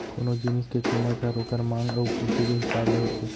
कोनो जिनिस के कीमत हर ओकर मांग अउ पुरती के हिसाब ले होथे